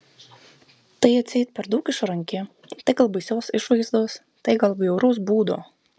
tai atseit per daug išranki tai gal baisios išvaizdos tai gal bjauraus būdo